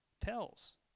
tells